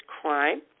crime